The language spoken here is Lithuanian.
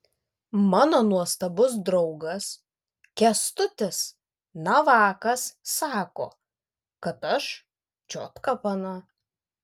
mano nuostabus draugas kęstutis navakas sako kad aš čiotka pana